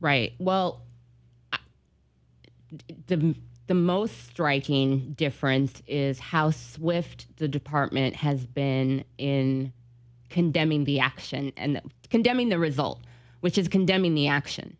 right well the most striking difference is how swift the department has been in condemning the action and condemning the result which is condemning the action